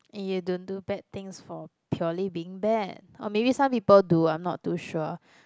and you don't do bad things for purely being bad or maybe some people do I'm not too sure